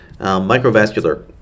microvascular